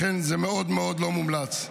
לכן זה מאוד מאוד לא מומלץ.